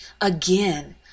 Again